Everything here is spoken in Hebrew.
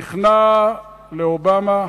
נכנע לאובמה,